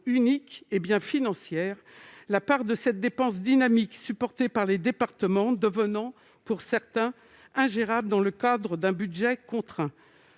unique, est bien financière, la part de cette dépense dynamique supportée par les départements devenant, pour certains, ingérable dans le cadre d'un budget contraint.